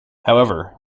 however